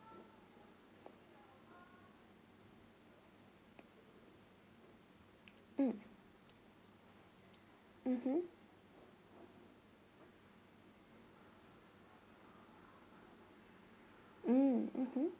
mm mmhmm mm mmhmm